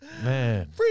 Man